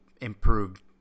improved